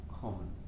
common